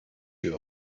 you